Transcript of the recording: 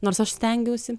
nors aš stengiausi